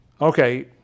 Okay